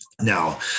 Now